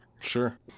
sure